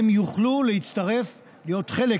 הם יוכלו להצטרף להיות חלק